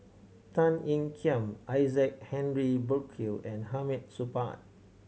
Tan Ean Kiam Isaac Henry Burkill and Hamid Supaat